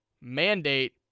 mandate